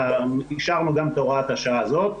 אישרנו גם את הוראת השעה הזאת,